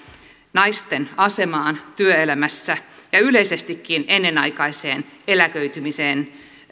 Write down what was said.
naisten asemaan työelämässä ja yleisestikin ennenaikaiseen eläköitymiseen